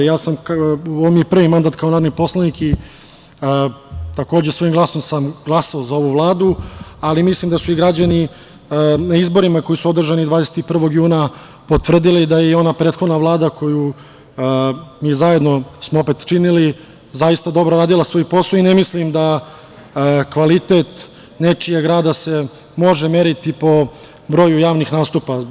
Ovo mi je prvi mandat kao narodni poslanik i takođe svojim glasom sam glasao za ovu Vladu, ali mislim da su i građani na izborima koji su održani 21. juna potvrdili da je i ona prethodna Vlada koju smo mi zajedno opet činili, zaista dobro radila svoj posao i ne mislim da se kvalitet nečijeg rada može meriti po broju javnih nastupa.